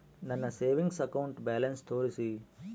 ನನ್ನ savings account balance ತೋರಿಸಿ?